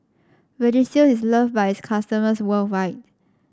Vagisil is loved by its customers worldwide